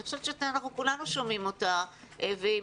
אני חושבת שאנחנו כולנו שומעים אותה והיא